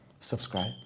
subscribe